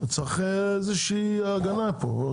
צריך איזושהי הגנה פה.